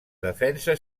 defensa